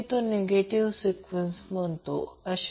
तर maximum power transfer ZLz जाणून घ्या